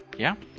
yeah,